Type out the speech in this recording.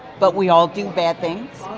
but we all do bad things.